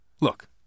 Look